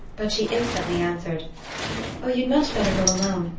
but she instantly answered oh, you'd much better go alone.